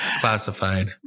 classified